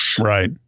right